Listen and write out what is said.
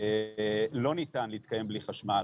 לא ניתן להתקיים בלי חשמל